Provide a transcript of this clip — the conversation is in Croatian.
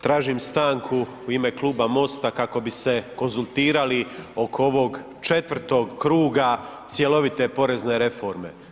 Tražim stanku u ime kluba MOST-a kako bi se konzultirali oko ovog 4. kruga cjelovite porezne reforme.